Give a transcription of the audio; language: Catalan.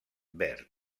verd